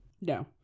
No